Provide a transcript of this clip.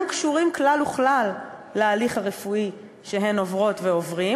קשורות כלל וכלל להליך הרפואי שהן עוברות ועוברים,